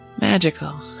magical